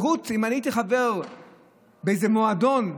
אם אני הייתי חבר באיזה מועדון,